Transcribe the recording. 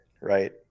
right